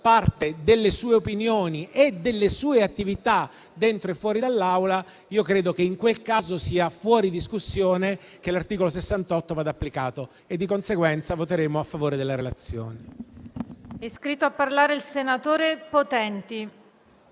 parte delle sue opinioni e delle sue attività dentro e fuori dall'Aula. Credo che in quel caso sia fuori discussione che l'articolo 68 vada applicato. Di conseguenza, voteremo a favore della relazione.